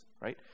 right